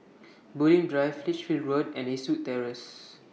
Bulim Drive Lichfield Road and Eastwood Terrace